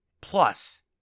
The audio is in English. plus